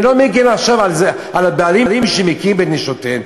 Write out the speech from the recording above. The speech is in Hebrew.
אני לא מגן עכשיו על הבעלים שמכים את נשותיהם,